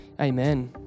Amen